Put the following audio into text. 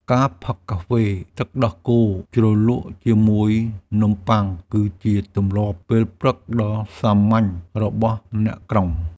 ការផឹកកាហ្វេទឹកដោះគោជ្រលក់ជាមួយនំបុ័ង គឺជាទម្លាប់ពេលព្រឹកដ៏សាមញ្ញរបស់អ្នកក្រុង។